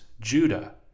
Judah